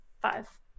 Five